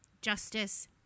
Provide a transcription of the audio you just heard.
justice